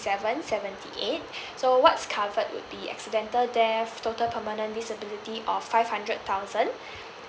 seven seventy eight so what's covered would be accidental death total permanent disability of five hundred thousand